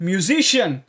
Musician